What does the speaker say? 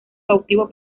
cautivo